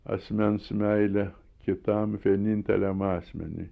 asmens meilę kitam vieninteliam asmeniui